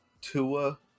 Tua